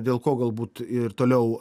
dėl ko galbūt ir toliau